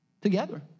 Together